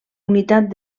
unitat